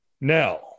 Now